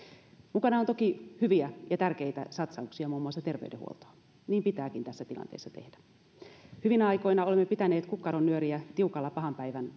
mukana on toki hyviä ja tärkeitä satsauksia muun muassa terveydenhuoltoon niin pitääkin tässä tilanteessa tehdä hyvinä aikoina olemme pitäneet kukkaronnyöriä tiukalla pahan päivän